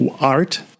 art